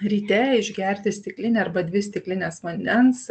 ryte išgerti stiklinę arba dvi stiklines vandens